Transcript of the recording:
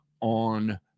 on